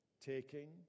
taking